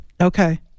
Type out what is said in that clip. Okay